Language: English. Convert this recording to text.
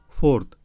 Fourth